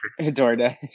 Doordash